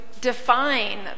define